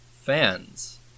fans